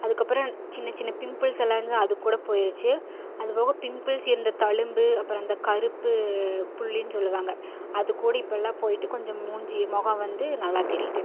அதுக்கப்புறம் சின்ன சின்ன பிம்பிள்ஸ் எல்லாம் இருந்தது அது கூட போய்டுச்சு அதுபோக பிம்பிள்ஸ் இருந்த தழும்பு அப்புறம் அந்த கருப்பு புள்ளினு சொல்வாங்க அதுகூட இப்போல்லாம் போய்விட்டு கொஞ்சம் மூஞ்சு முகம் வந்து நல்லா தெரியுது